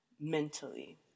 mentally